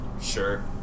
Sure